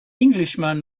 englishman